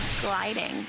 Gliding